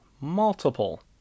multiple